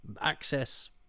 Access